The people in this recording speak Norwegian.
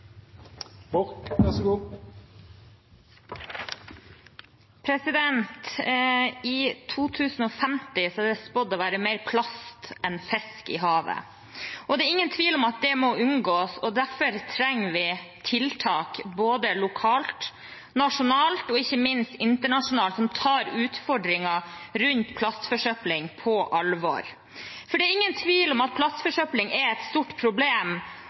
I 2050 er det spådd å være mer plast enn fisk i havet. Det er ingen tvil om at det må unngås. Derfor trenger vi tiltak både lokalt, nasjonalt og ikke minst internasjonalt som tar utfordringene rundt plastforsøpling på alvor. Det er ingen tvil om at plastforsøpling er et stort problem.